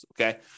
okay